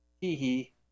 Hee-hee